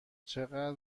چقدر